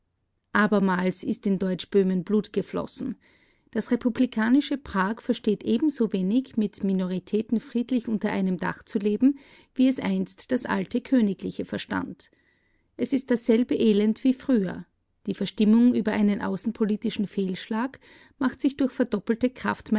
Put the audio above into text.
abermals ist in deutschböhmen blut geflossen das republikanische prag versteht ebensowenig mit minoritäten friedlich unter einem dach zu leben wie es einst das alte königliche verstand es ist dasselbe elend wie früher die verstimmung über einen außenpolitischen fehlschlag macht sich durch verdoppelte